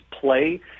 play